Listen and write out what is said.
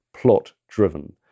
plot-driven